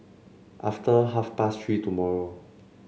after half past Three tomorrow